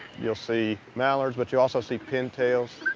you'll see mallards but you'll also see pintails.